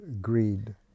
greed